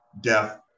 death